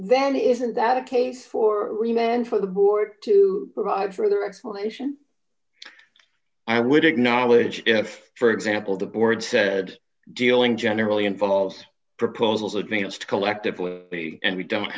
then isn't that a case for you then for the board to provide further explanation i would acknowledge if for example the board said dealing generally involves proposals advanced collectively and we don't